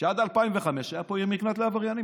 שעד 2005 הייתה פה עיר מקלט לעבריינים,